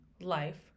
life